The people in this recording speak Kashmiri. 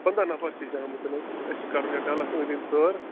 پنٛداہ نَفر چھِ أسۍ آمٕتۍ حظ اَسہِ چھِ کَرُن یَتھ ڈلس ٲنٛدۍ ٲنٛدۍ سٲر